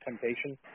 temptation